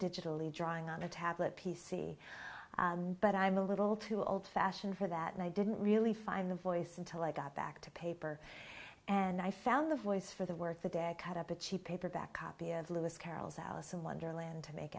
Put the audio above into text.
digitally drawing on a tablet p c but i'm a little too old fashioned for that and i didn't really find the voice until i got back to paper and i found the voice for the work that day cut up a cheap paperback copy of lewis carroll's alice in wonderland to make